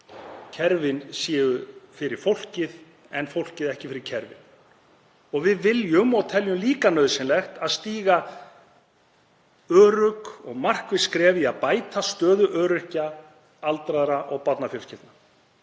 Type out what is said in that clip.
kerfin séu fyrir fólkið en fólkið ekki fyrir kerfið. Við teljum líka nauðsynlegt að stíga örugg og markviss skref í að bæta stöðu öryrkja, aldraðra og barnafjölskyldna,